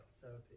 therapy